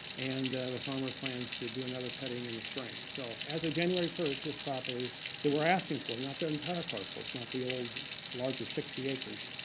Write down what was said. and the farmer plans to do another cutting in the spring. so as of january first, this property that we're asking for not the entire parcels, not the old larger sixty acres,